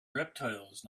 reptiles